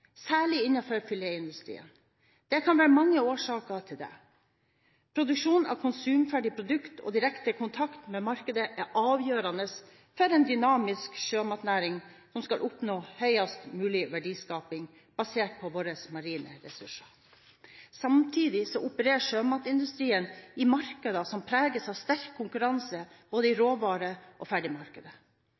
særlig innenfor filetindustrien. Det kan være mange årsaker til det. Produksjon av konsumferdige produkter og direkte kontakt med markedet er avgjørende for en dynamisk sjømatnæring som skal oppnå høyest mulig verdiskaping basert på våre marine ressurser. Samtidig opererer sjømatindustrien i markeder som preges av sterk konkurranse både i råvare- og ferdigmarkedet.